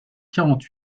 quarante